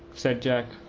said jack,